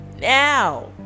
Now